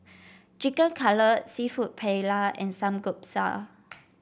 Chicken Cutlet seafood Paella and Samgyeopsal